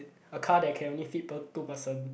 a car that can only fit two person